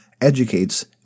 educates